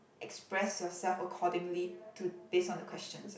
express yourself accordingly to based on the questions